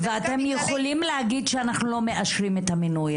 ואתם יכולים להגיד שאנחנו לא מאשרים את המינוי הזה.